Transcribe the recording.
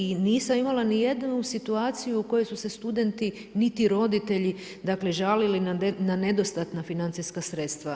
I nisam imala ni jednu situaciju u kojoj su se studenti niti roditelji, dakle žalili na nedostatna financijska sredstva.